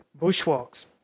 bushwalks